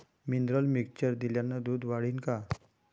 Mineral mixture दिल्यानं दूध वाढीनं का?